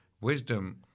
Wisdom